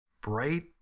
Bright